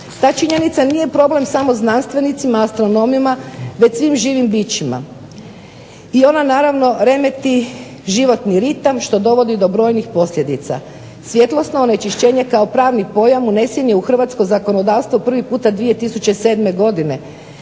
Ta činjenica nije problem samo znanstvenicima, astronomima već svim živim bićima. I ona naravno remeti životni ritam što dovodi do brojnih posljedica. Svjetlosno onečišćenje kao pravni pojam unesen je u Hrvatsko zakonodavstvo prvi puta 2007. godine,